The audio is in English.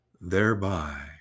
thereby